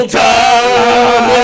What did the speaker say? time